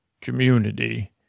community